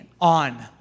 on